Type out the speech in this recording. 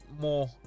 more